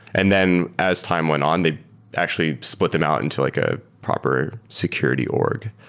and then as time went on, they actually split them out into like a proper security org.